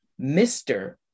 Mr